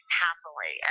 happily